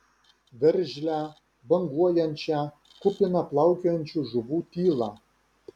veržlią banguojančią kupiną plaukiojančių žuvų tylą